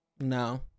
No